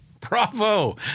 Bravo